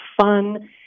fun